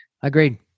Agreed